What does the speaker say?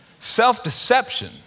Self-deception